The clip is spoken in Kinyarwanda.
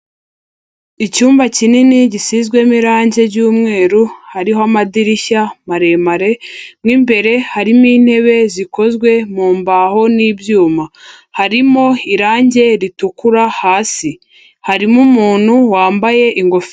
Icyumba kinini gisizwemo irangi ry'umweru hariho amadirishya maremare mo imbere harimo intebe zikozwe mu mbaho n'ibyuma, harimo irangi ritukura hasi, harimo umuntu wambaye ingofero.